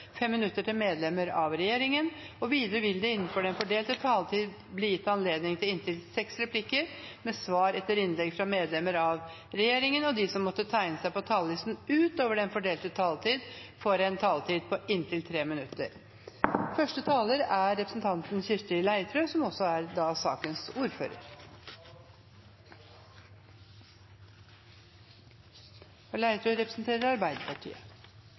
minutter til medlemmer av regjeringen. Videre vil det – innenfor den fordelte taletid – bli gitt anledning til inntil seks replikker med svar etter innlegg fra medlemmer av regjeringen, og de som måtte tegne seg på talerlisten utover den fordelte taletid, får en taletid på inntil 3 minutter.